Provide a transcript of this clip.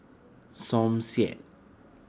Som Said